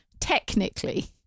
technically